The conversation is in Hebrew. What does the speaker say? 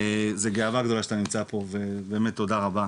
זו גאווה גדולה שאתם נמצאים פה ובאמת תודה רבה.